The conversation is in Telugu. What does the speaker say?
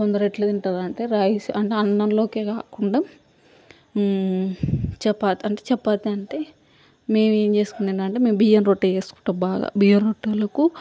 కొందరు ఎట్లా తింటారంటే రాగి సం అంటే అన్నంలోకే కాకుండా చపాత్ అంటే చపాతీ అంటే మేము ఏం చేసుకుంటాం అంటే మేము బియ్యం రొట్టె చేసుకుంటాం బాగా బియ్యంరొట్టెలకు